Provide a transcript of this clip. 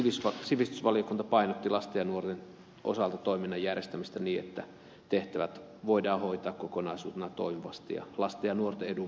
erityisesti sivistysvaliokunta painotti lasten ja nuorten osalta toiminnan järjestämistä niin että tehtävät voidaan hoitaa kokonaisuutena toimivasti ja lasten ja nuorten edun mukaisesti